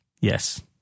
Yes